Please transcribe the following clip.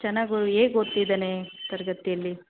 ಚೆನ್ನಾಗಿ ಓ ಹೇಗ್ ಓದ್ತಿದ್ದಾನೆ ತರಗತಿಯಲ್ಲಿ